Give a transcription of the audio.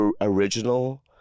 original